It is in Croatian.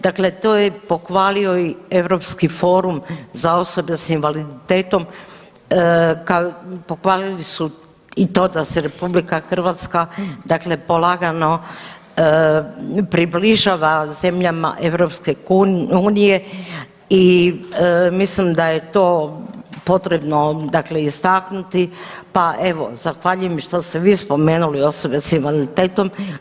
Dakle, to je pohvalio i Europski forum za osobe sa invaliditetom, pohvalili su i to da se Republika Hrvatska, dakle polagano približava zemljama EU i mislim da je to potrebno, dakle istaknuti pa evo zahvaljujem što ste vi spomenuli osobe sa invaliditetom.